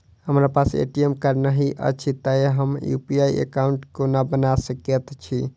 हमरा पास ATM card नहि अछि तए हम यु.पी.आई एकॉउन्ट कोना बना सकैत छी